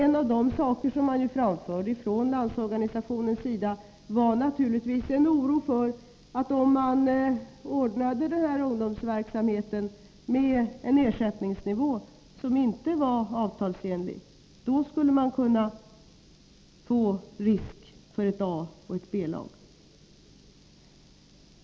En av de saker som man framförde från Landsorganisationens sida var naturligtvis oron för att denna typ av ungdomsverksamhet. med en ersättningsnivå som inte var avtalsenlig, skulle kunna leda till att man fick ett A och ett B-lag.